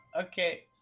okay